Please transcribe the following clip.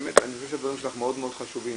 חושב שהדברים שלך מאוד מאוד חשובים,